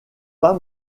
pas